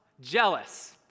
Jealous